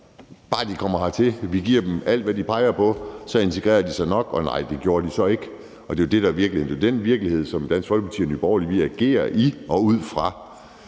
bare de kommer hertil og vi giver dem alt, hvad de peger på, så integrerer de sig nok. Og nej, det gjorde de så ikke. Det er jo det, der er virkeligheden, og det er den virkelighed, som Dansk Folkeparti og Nye Borgerlige agerer i og ud fra.